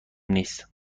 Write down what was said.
نیست